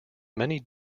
many